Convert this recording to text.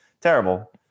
terrible